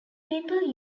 people